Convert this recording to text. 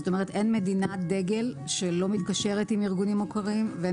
אין מדינת דגל שלא מתקשרת עם ארגונים מוכרים ואין